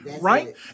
right